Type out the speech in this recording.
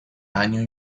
año